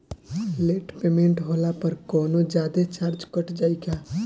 Late payment होला पर कौनोजादे चार्ज कट जायी का?